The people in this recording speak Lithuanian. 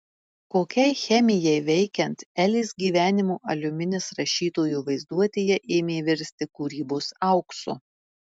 kokiai chemijai veikiant elės gyvenimo aliuminis rašytojo vaizduotėje ėmė virsti kūrybos auksu